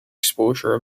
exposure